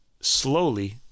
slowly